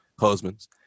husbands